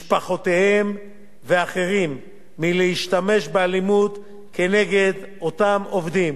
משפחותיהם ואחרים מלהשתמש באלימות נגד אותם עובדים